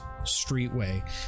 streetway